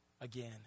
again